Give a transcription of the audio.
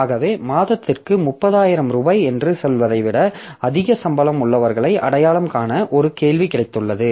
ஆகவே மாதத்திற்கு 30000 ரூபாய் என்று சொல்வதை விட அதிக சம்பளம் உள்ளவர்களை அடையாளம் காண ஒரு கேள்வி கிடைத்துள்ளது